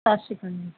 ਸਤਿ ਸ਼੍ਰੀ ਅਕਾਲ ਜੀ